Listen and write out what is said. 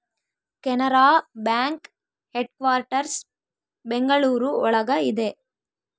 Canara bank headquarters Bengaluru ಒಳಗ ಇದೆ